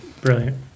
Brilliant